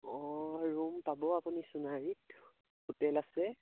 অঁ ৰুম পাব আপুনি সোনাৰীত হোটেল আছে